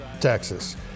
Texas